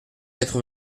quatre